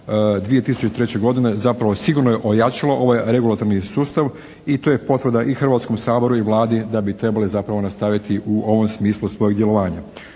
2003. godine zapravo sigurno je ojačalo ovaj regulatorni sustav i to je potvrda i Hrvatskom saboru i Vladi da bi trebali zapravo nastaviti u ovom smislu svojeg djelovanja.